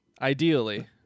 ideally